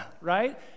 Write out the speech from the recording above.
right